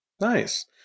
Nice